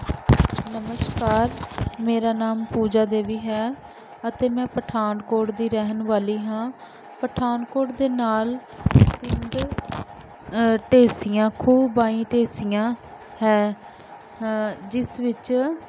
ਨਮਸਕਾਰ ਮੇਰਾ ਨਾਮ ਪੂਜਾ ਦੇਵੀ ਹੈ ਅਤੇ ਮੈਂ ਪਠਾਨਕੋਟ ਦੀ ਰਹਿਣ ਵਾਲੀ ਹਾਂ ਪਠਾਨਕੋਟ ਦੇ ਨਾਲ ਪਿੰਡ ਢੇਸੀਆਂ ਖੂਹ ਬਾਈ ਢੇਸੀਆਂ ਹੈ ਜਿਸ ਵਿੱਚ